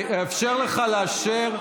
אני אאפשר לך לאשר.